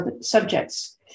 subjects